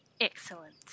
Excellent